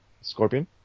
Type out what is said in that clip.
scorpion